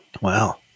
Wow